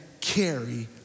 carry